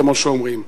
כמו שאומרים,